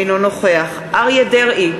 אינו נוכח אריה דרעי,